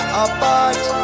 apart